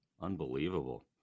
Unbelievable